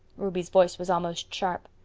ruby's voice was almost sharp.